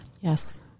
Yes